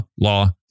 law